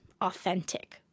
authentic